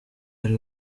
ari